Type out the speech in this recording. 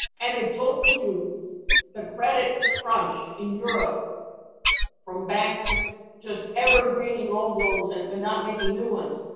and it took to the credit crunch in europe from banks, just evergreening old loans, and but not making new ones,